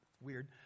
Weird